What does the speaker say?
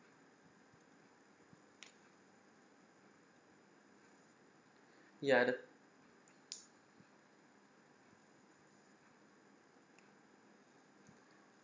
ya the